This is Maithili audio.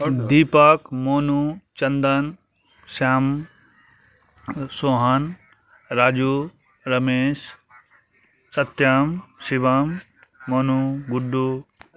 दीपक मोनू चन्दन श्याम सोहन राजू रमेश सत्यम शिबम मोनू गुड्डू